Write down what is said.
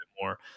more